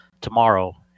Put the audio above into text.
tomorrow